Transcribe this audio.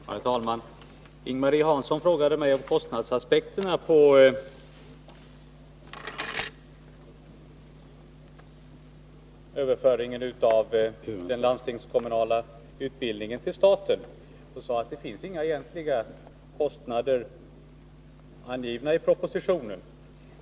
Herr talman! Ing-Marie Hansson frågade mig om kostnadsaspekterna på överföringen av den landstingskommunala utbildningen till staten och sade att det egentligen inte finns några kostnader angivna i propositionen.